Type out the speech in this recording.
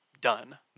done